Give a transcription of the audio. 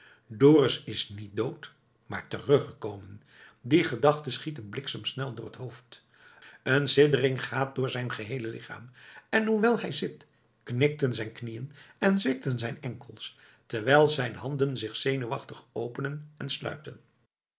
dorus is niet dood maar teruggekomen die gedachte schiet hem bliksemsnel door t hoofd een siddering gaat door zijn geheele lichaam en hoewel hij zit knikken zijn knieën en zwikken zijn enkels terwijl zijn handen zich zenuwachtig openen en sluiten